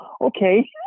okay